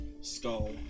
skull